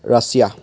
Russia